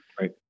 right